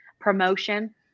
promotion